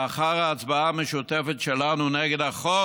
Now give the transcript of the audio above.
לאחר ההצבעה המשותפת שלנו נגד החוק